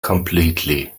completely